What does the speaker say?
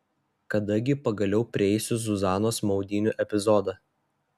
kada gi pagaliau prieisiu zuzanos maudynių epizodą